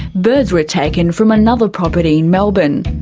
birds were taken from another property in melbourne.